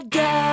go